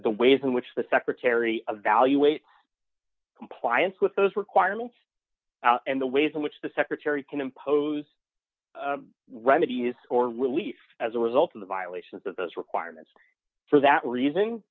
the ways in which the secretary of valuate compliance with those requirements and the ways in which the secretary can impose remedies or relief as a result of the violations of those requirements for that reason